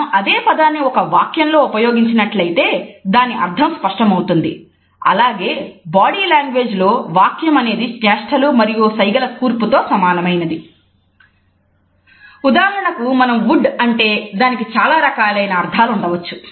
మనం అదే పదాన్ని ఒక వాక్యంలో ఉపయోగించినట్లయితే దాని అర్థం స్పష్టమవుతుంది అలాగే బాడీ లాంగ్వేజ్ లో వాక్యం అనేది చేష్టలు మరియు సైగల కూర్పు తోఉదాహరణకు మనం 'వుడ్' అని అంటే దానికి చాలా రకాలైన అర్థాలు ఉండవచ్చు